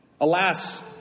Alas